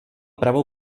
pravou